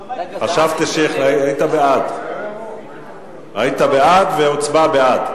למה כתוב, היית בעד והוצבע בעד.